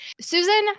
Susan